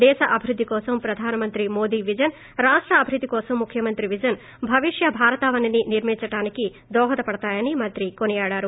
దేశ అభివృద్ది కోసం ప్రధానమంత్రి మోదీ విజన్ రాష్ట అభివృద్ది కోసం ముఖ్యమంత్రి విజన్ భవిష్య భారతావనిని నిర్మించడానికి దోహదపడతాయని మంత్రి కొనియాడారు